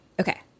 okay